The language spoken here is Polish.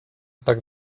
tak